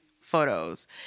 photos